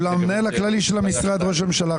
אם את ממשיכה להפריע אני אוציא אותך שוב.